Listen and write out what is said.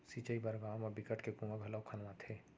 सिंचई बर गाँव म बिकट के कुँआ घलोक खनवाथे